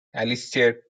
aleister